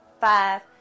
five